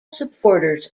supporters